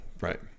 Right